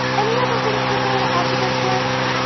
any other things people want to add to this list?